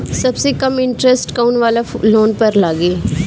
सबसे कम इन्टरेस्ट कोउन वाला लोन पर लागी?